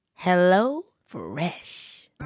HelloFresh